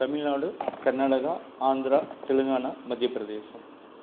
Tamil Nadu Karnataka Andhra Telangana Madhya Pradesh